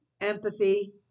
empathy